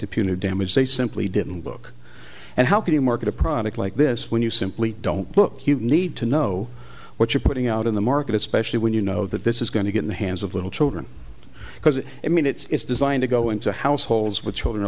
punitive damages they simply didn't book and how can you market a product like this when you simply don't book you need to know what you're putting out in the market especially when you know that this is going to get in the hands of little children because i mean it's designed to go into households with children a